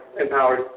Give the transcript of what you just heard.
empowered